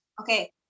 Okay